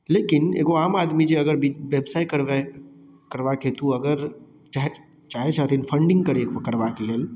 लेकिन एगो आम आदमी जे अगर व्यवसाय करबै करबाक हेतु अगर चाहे चाहे छथिन फंडिंग फंडिंग करबा के लेल